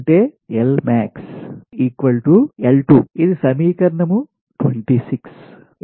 అంటే L max L 2 ఇది సమీకరణం 26